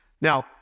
Now